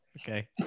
Okay